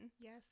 Yes